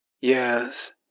Yes